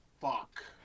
fuck